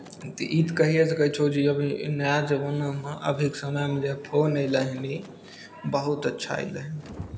तऽ ई तऽ कहिए सकै छौ जे अभी नया जमानामे अभीके समयमे जे फोन अयलै हन ई बहुत अच्छा अयलै हन